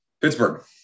Pittsburgh